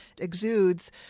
exudes